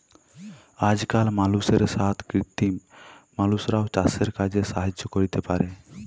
আজকাল মালুষের সাথ কৃত্রিম মালুষরাও চাসের কাজে সাহায্য ক্যরতে পারে